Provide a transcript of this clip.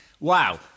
Wow